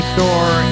Store